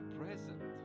present